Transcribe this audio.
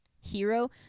hero